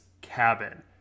cabin